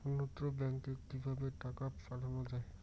অন্যত্র ব্যংকে কিভাবে টাকা পাঠানো য়ায়?